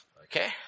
Okay